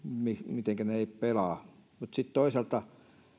mitenkä ne eivät pelaa sitten toisaalta